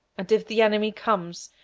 and if the enemy comes,